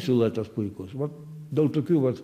siluetas puikus va dėl tokių vat